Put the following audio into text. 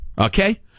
Okay